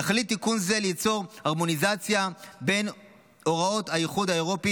תכלית תיקון זה ליצור הרמוניזציה בין הוראות האיחוד האירופי